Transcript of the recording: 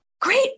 Great